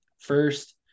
First